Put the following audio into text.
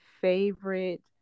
favorite